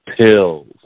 pills